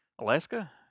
Alaska